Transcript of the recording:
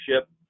ship